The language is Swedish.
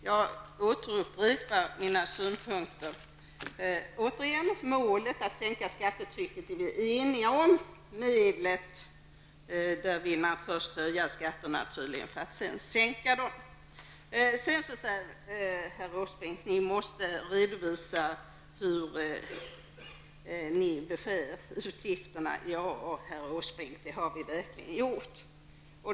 Jag upprepar att vi är eniga om målet att sänka skattetrycket. Men medlet är tydligen att först höja skatterna för att sedan sänka dem. Herr Åsbrink säger sedan att vi måste redovisa hur utgifterna skall skäras ned. Ja, det har vi verkligen gjort.